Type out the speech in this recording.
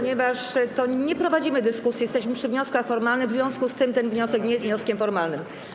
Nie prowadzimy dyskusji, jesteśmy przy wnioskach formalnych, w związku z czym ten wniosek nie jest wnioskiem formalnym.